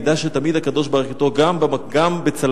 ידע שתמיד הקדוש-ברוך-הוא אתו, גם בצלמוות.